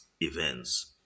events